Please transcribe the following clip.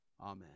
Amen